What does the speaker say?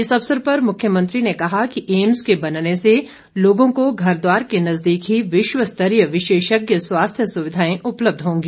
इस अवसर पर मुख्यमंत्री ने कहा कि एम्स के बनने से लोगों को घर द्वार के नजदीक ही विश्वस्तरीय विशेषज्ञ स्वास्थ्य सुविधाएं उपलब्ध होंगी